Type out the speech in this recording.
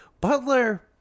Butler